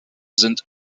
sind